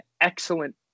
excellent